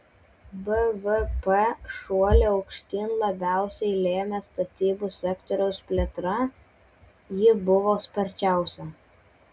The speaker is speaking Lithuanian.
bvp šuolį aukštyn labiausiai lėmė statybų sektoriaus plėtra ji buvo sparčiausia